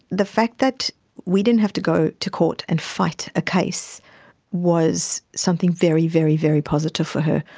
the fact that we didn't have to go to court and fight a case was something very, very, very positive for her.